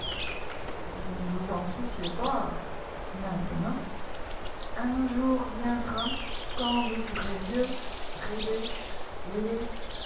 vous ne vous en souciez pas maintenant un jour viendra quand vous serez vieux ridé